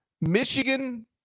Michigan